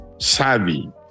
savvy